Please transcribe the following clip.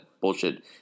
bullshit